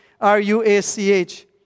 R-U-A-C-H